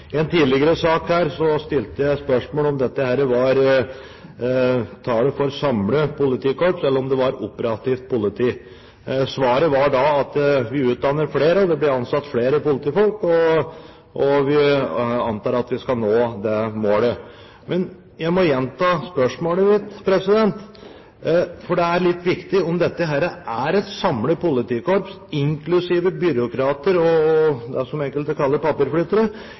I en tidligere sak stilte jeg spørsmålet om dette var tallet for et samlet politikorps eller om det var for operativt politi. Svaret var da at vi utdanner flere, at det blir ansatt flere politifolk, og at vi antar at vi skal nå det målet. Jeg må gjenta spørsmålet mitt, for det er litt viktig å få vite om dette er et samlet politikorps inklusiv byråkrater, det som enkelte kaller